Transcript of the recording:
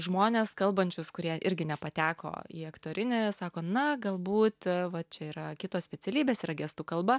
žmones kalbančius kurie irgi nepateko į aktorinį sako na galbūt va čia yra kitos specialybės yra gestų kalba